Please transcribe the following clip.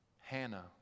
Hannah